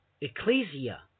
ecclesia